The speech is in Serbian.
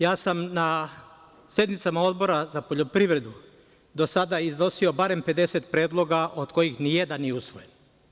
Drugo, na sednicama Odbora za poljoprivredu sam do sada izneo barem 50 predloga, od kojih nijedan nije usvojen.